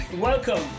Welcome